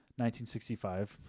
1965